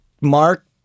Mark